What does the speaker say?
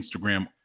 Instagram